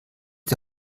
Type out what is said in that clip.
die